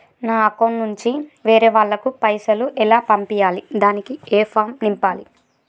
నా అకౌంట్ నుంచి వేరే వాళ్ళకు పైసలు ఎలా పంపియ్యాలి దానికి ఏ ఫామ్ నింపాలి?